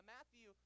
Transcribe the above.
Matthew